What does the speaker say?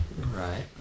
Right